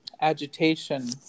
agitation